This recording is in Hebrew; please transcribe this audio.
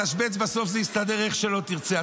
בתשבץ בסוף זה יסתדר, איך שלא תרצה.